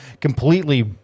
completely